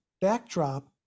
backdrop